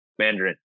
Mandarin